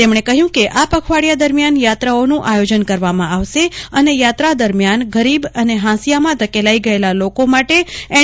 તેમણે કહ્યું કે આ પખવાડિયા દરમિયાન યાત્રાઓનું આયોજન કરવામાં આવશે અને યાત્રા દરમિયાન ગરીબ અને હાંસિયામાં ધકેલાઈ ગયેલા લોકો માટે એન